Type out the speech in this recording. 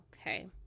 okay